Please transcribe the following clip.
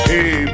Hey